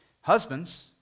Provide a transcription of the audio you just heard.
Husbands